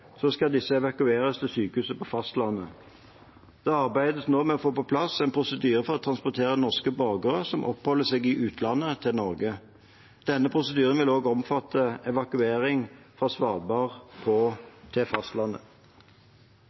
skal disse evakueres til sykehus på fastlandet. Det arbeides med å få på plass en prosedyre for å transportere norske borgere som oppholder seg i utlandet, til Norge. Denne prosedyren vil også omfatte evakuering fra Svalbard til fastlandet.